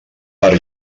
per